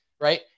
right